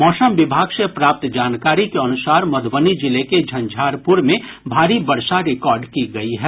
मौसम विभाग से प्राप्त जानकारी के अनुसार मधुबनी जिले के झंझारपुर में भारी वर्षा रिकार्ड की गयी है